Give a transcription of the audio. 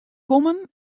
kommen